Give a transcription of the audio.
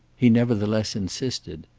he nevertheless insisted.